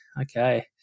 okay